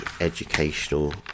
educational